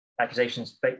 accusations